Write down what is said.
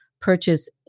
purchase